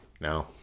No